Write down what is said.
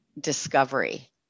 discovery